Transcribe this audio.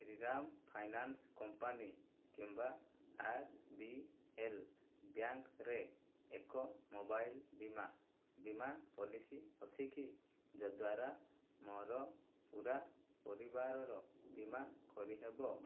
Shriram finance company କିମ୍ବା R B L ବ୍ୟାଙ୍କ୍ରେ ଏକ ମୋବାଇଲ୍ ବୀମା ପଲିସି ଅଛିକି ଯଦ୍ଵାରା ମୋର ପୂରା ପରିବାରର ବୀମା କରିହେବ